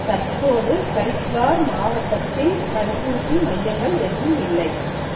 தற்போது கரித்வார் மாவட்டத்தில் தடுப்பூசி மையங்கள் எதுவும் இல்லை